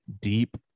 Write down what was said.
Deep